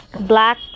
Black